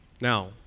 Now